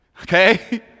Okay